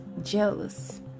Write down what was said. jealous